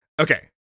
Okay